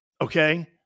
okay